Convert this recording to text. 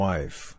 Wife